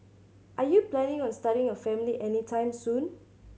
are you planning on starting a family anytime soon